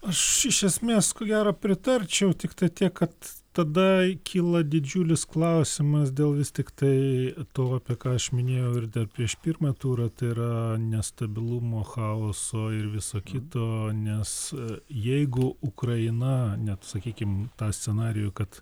aš iš esmės ko gero pritarčiau tiktai tiek kad tada kyla didžiulis klausimas dėl vis tiktai to apie ką aš minėjau ir dar prieš pirmą turą tai yra nestabilumo chaoso ir viso kito nes jeigu ukraina net sakykim tą scenarijų kad